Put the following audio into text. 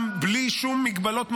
גם בלי שום מגבלות נוספות,